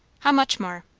how much more?